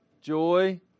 joy